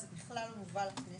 ואז זה בכלל לא מובא לכנסת